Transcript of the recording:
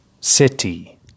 city